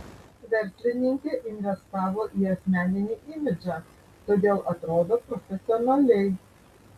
verslininkė investavo į asmeninį imidžą todėl atrodo profesionaliai